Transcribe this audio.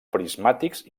prismàtics